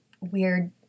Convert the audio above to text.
weird